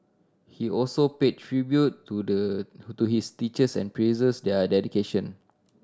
he also paid tribute to the who to his teachers and praised their dedication